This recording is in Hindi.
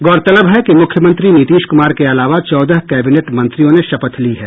गौरतलब है कि मुख्यमंत्री नीतीश कुमार के अलावा चौदह कैबिनेट मंत्रियों ने शपथ ली है